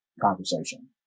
conversation